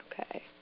Okay